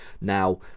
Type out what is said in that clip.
now